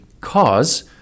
cause